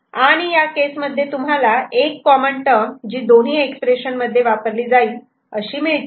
आणि या केसमध्ये तुम्हाला एक कॉमन टर्म जी दोन्ही एक्सप्रेशन मध्ये वापरली जाईल अशी मिळते